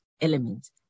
elements